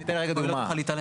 היא לא צריכה להתעלם.